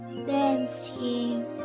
Dancing